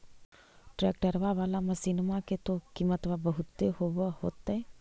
ट्रैक्टरबा बाला मसिन्मा के तो किमत्बा बहुते होब होतै?